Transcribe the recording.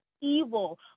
evil